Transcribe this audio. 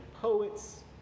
poets